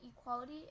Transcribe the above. equality